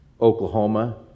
Oklahoma